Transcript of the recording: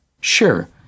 Sure